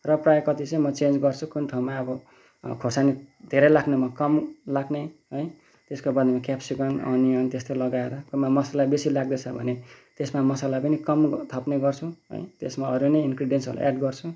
र प्रायः कति चाहिँ म चेन्ज गर्छु कुन ठाउँमा अब खोर्सानी धेरै लाग्नेमा कम लाग्ने है त्यसको बादमा क्याप्सिकम ओनियन त्यस्तै लगाएर कोहीमा मसला बेसी लाग्दैछ भने त्यसमा मसला पनि कम थप्ने गर्छु है त्यसमा अरू नै इन्ग्रिडियन्सहरूलाई एड गर्छु